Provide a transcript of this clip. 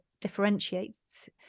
differentiates